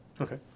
Okay